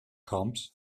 comes